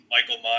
Michael